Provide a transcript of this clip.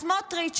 אז סמוטריץ',